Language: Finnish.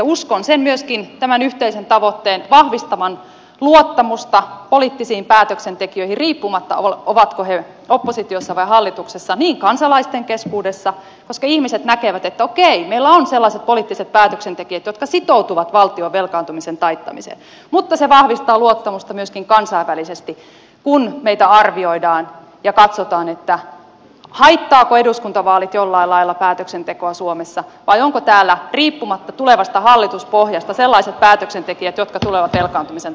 uskon tämän yhteisen tavoitteen myöskin vahvistavan luottamusta poliittisiin päätöksentekijöihin riippumatta siitä ovatko he oppositiossa vai hallituksessa niin kansalaisten keskuudessa koska ihmiset näkevät että okei meillä on sellaiset poliittiset päätöksentekijät jotka sitoutuvat valtion velkaantumisen taittamiseen kuin luottamuksen vahvistumisena myöskin kansainvälisesti kun meitä arvioidaan ja katsotaan haittaavatko eduskuntavaalit jollain lailla päätöksentekoa suomessa vai onko täällä riippumatta tulevasta hallituspohjasta sellaiset päätöksentekijät jotka tulevat velkaantumisen taittamaan